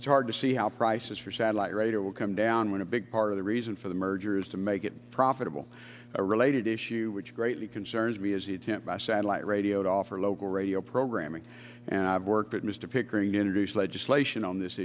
it's hard to see how prices for satellite radio will come down when a big part of the reason for the merger is to make it profitable a related issue which greatly concerns me is the attempt by satellite radio to offer local radio programming and i've worked with mr pickering introduced legislation on this